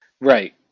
Right